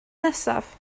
nesaf